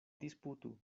disputu